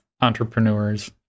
entrepreneurs